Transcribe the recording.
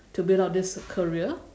to build up this career